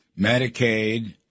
Medicaid